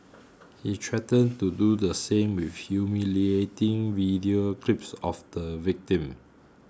he threatened to do the same with humiliating video clips of the victim